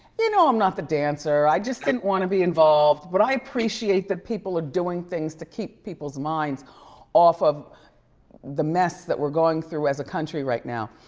you know, i'm not the dancer. i just didn't wanna be involved. but i appreciate that people are doing things to keep people's minds off of the mess that we're going through as a country right now.